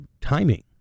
timing